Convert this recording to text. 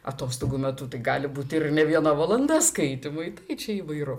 atostogų metu tai gali būt ir ne viena valanda skaitymui tai čia įvairu